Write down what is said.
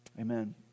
Amen